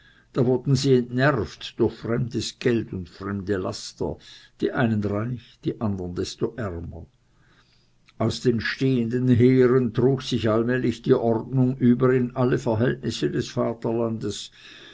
da wurden sie entnervt durch fremdes geld und fremde laster die einen reich die andern desto ärmer aus den stehenden heeren trug sich allmählich die ordnung über in alle verhältnisse des vaterlandes